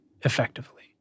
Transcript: effectively